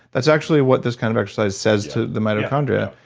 that's actually what this kind of exercise says to the mitochondria.